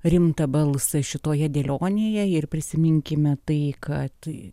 rimtą balsą šitoje dėlionėje ir prisiminkime tai kad